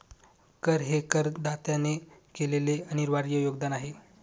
कर हे करदात्याने केलेले अनिर्वाय योगदान आहे